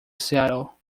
seattle